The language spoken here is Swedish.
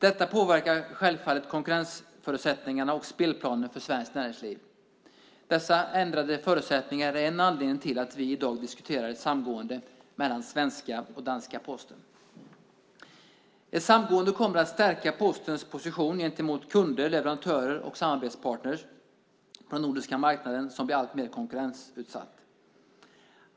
Detta påverkar självfallet konkurrensförutsättningarna och spelplanen för Svenskt Näringsliv. Dessa ändrade förutsättningar är en anledning till att vi i dag diskuterar ett samgående mellan svenska och danska Posten. Ett samgående kommer att stärka Postens position gentemot kunder, leverantörer och samarbetspartner på den nordiska marknaden som blir alltmer konkurrensutsatt.